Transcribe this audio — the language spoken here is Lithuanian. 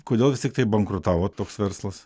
kodėl vis tiktai bankrutavo toks verslas